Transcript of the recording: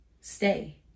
Stay